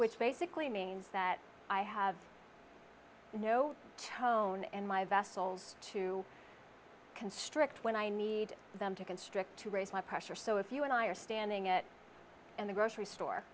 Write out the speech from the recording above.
which basically means that i have no tone and my vessels to constrict when i need them to constrict to raise my pressure so if you and i are standing at the grocery store